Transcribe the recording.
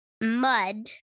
mud